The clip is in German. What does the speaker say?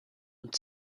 und